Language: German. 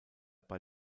bei